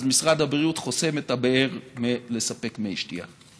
אז משרד הבריאות חוסם את הבאר מלספק מי שתייה.